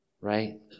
right